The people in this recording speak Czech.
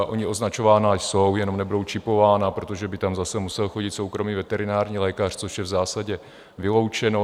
Ona označována jsou, jenom nebudou čipována, protože by tam zase musel chodit soukromý veterinární lékař, což je v zásadě vyloučeno.